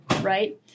right